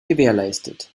gewährleistet